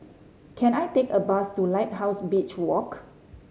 can I take a bus to Lighthouse Beach Walk